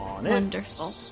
wonderful